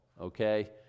okay